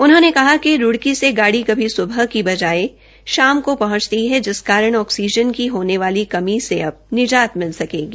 उन्होंने कहा कि रूड़की से गाड़ी सूबह की बजाये शाम को पहंचती है जिस कारण ऑक्सीजन की कमी से अब निजात मिलेगी